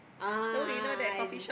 ah ah ah noisy